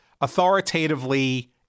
authoritatively